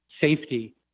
safety